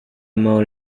mau